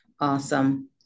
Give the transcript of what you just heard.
Awesome